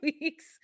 weeks